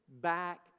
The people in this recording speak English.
back